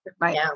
right